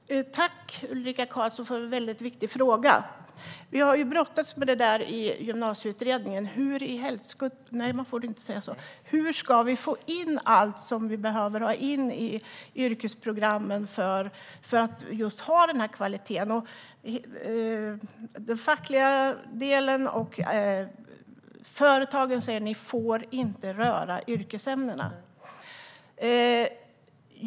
Herr talman! Tack, Ulrika Carlsson, för en väldigt viktig fråga! Vi har ju brottats med detta i Gymnasieutredningen: Hur ska vi få in allt som vi behöver ha in i yrkesprogrammen för att just ha kvaliteten? Facken och företagen säger: Ni får inte röra yrkesämnena!